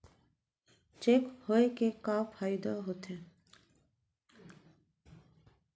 Cheque होए के का फाइदा होथे?